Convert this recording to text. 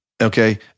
Okay